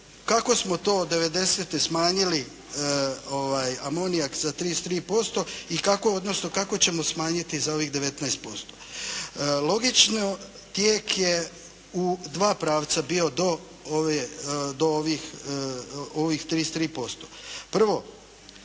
kako smo to od '90. smanjili amonijak za 33% i kako, odnosno kako ćemo smanjiti za ovih 19%. Logično, tijek je u dva pravca bio do ovih 33%.